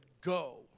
go